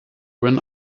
win